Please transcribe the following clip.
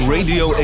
Radio